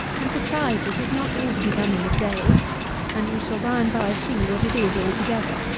and, besides, it is not all to be done in a day and we shall by-and-by see what it is altogether.